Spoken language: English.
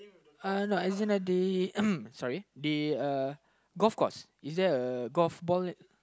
uh no as in at the sorry the uh golf course is there a golf ball